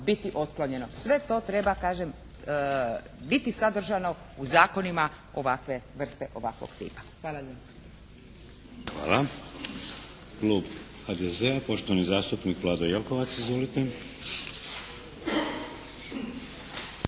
biti otklonjeno. Sve to treba kažem biti sadržano u zakonima ovakve vrste, ovakvog tipa. Hvala lijepa. **Šeks, Vladimir (HDZ)** Klub HDZ-a poštovani zastupnik Vlado Jelkovac. Izvolite.